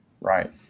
Right